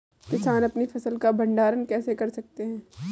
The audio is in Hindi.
किसान अपनी फसल का भंडारण कैसे कर सकते हैं?